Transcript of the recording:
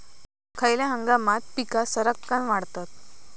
खयल्या हंगामात पीका सरक्कान वाढतत?